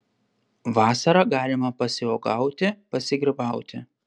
vasarą galima pasiuogauti pasigrybauti